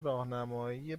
راهنمای